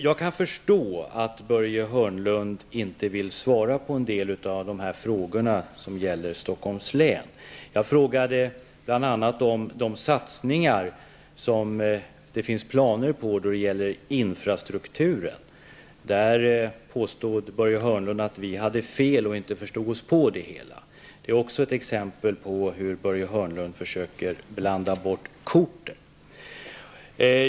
Jag kan förstå att Börje Hörnlund inte vill svara på en del av frågorna som gäller Stockholms län. Jag frågade bl.a. om de satsningar som det finns planer på då det gäller infrastrukturen. Där påstod Börje Hörnlund att vi socialdemokrater hade fel och inte förstod oss på det hela. Det är också ett exempel på hur Börje Hörnlund försöker blanda bort korten.